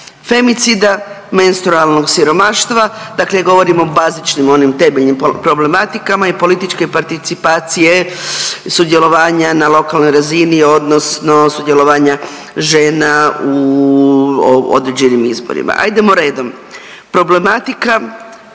femicida, menstrualnog siromaštva, dakle govorim o bazičnim onim temeljnim problematikama i političke participacije sudjelovanja na lokalnoj razini odnosno sudjelovanja žena u određenim izborima. Ajdemo redom, problematika